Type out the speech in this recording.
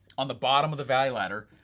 on the bottom of the value ladder,